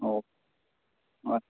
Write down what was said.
औ